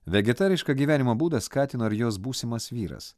vegetarišką gyvenimo būdą skatino ir jos būsimas vyras